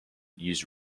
use